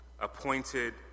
Appointed